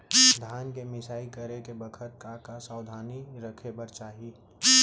धान के मिसाई करे के बखत का का सावधानी रखें बर चाही?